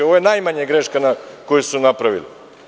Ovo je najmanja greška koju su napravili.